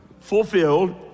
fulfilled